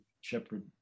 shepherd